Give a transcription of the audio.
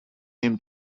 him